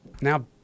now